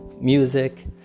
music